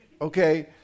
okay